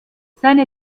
seine